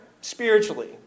spiritually